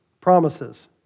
promises